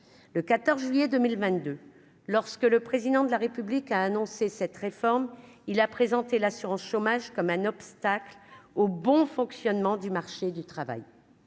le 14 juillet 2022 lorsque le président de la République a annoncé cette réforme, il a présenté l'assurance chômage comme un obstacle au bon fonctionnement du marché du travail,